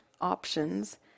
options